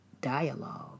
dialogue